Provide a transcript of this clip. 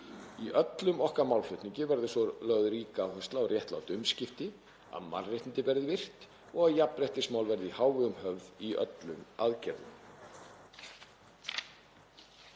Í öllum okkar málflutningi verði svo lögð rík áhersla á réttlát umskipti, að mannréttindi verði virt og jafnréttismál verði í hávegum höfð í öllum aðgerðum.